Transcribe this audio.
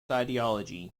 ideology